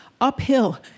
uphill